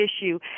issue